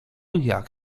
jak